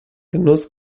genuss